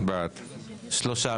שלושה.